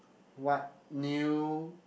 what new